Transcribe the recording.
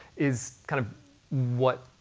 is kind of what.